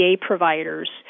providers